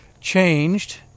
changed